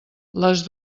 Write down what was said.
les